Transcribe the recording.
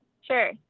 Sure